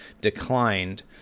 declined